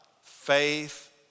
faith